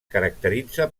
caracteritza